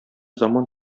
заман